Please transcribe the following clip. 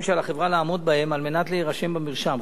שעל החברה לעמוד בהם על מנת להירשם במרשם.